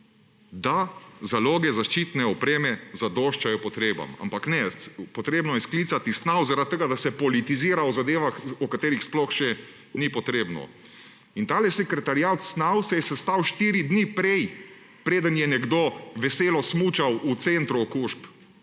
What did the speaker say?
da zaloge zaščitne opreme zadoščajo potrebam. Ampak ne, potrebno je sklicati SNAV, zaradi tega, da se politizira o zadevah, o katerih sploh še ni potrebno. In tale sekretariat SNAV se je sestal štiri dni prej, preden je nekdo veselo smučal v centru okužb